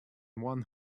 one